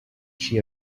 she